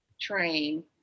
train